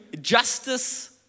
justice